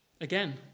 Again